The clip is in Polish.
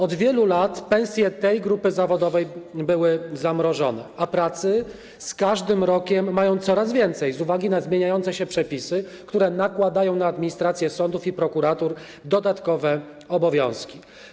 Od wielu lat pensje pracowników tej grupy zawodowej były zamrożone, a pracy z każdym rokiem ci pracownicy mają coraz więcej z uwagi na zmieniające się przepisy, które nakładają na administrację sądów i prokuratur dodatkowe obowiązki.